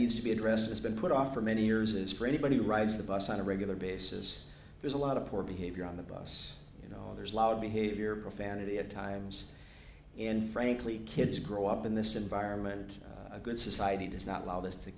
needs to be addressed has been put off for many years is for anybody who rides the bus on a regular basis there's a lot of poor behavior on the bus you know there's loud behavior profanity at times and frankly kids grow up in this environment a good society does not allow this to